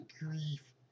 grief